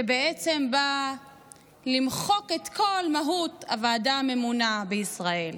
שבעצם בא למחוק את כל מהות הוועדה הממונה בישראל.